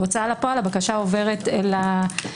בהוצאה לפועל הבקשה עוברת לרשם.